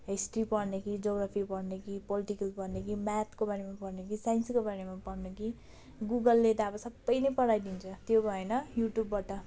history पढ्ने कि geography पढ्ने कि पोलिटिकल पढ्ने कि म्याथको बारेमा पढ्ने कि साइन्सको बारेमा पढ्ने कि गुगलले त अब सबै नै पढाइदिन्छ त्यो भएन युट्युबबाट